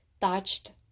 touched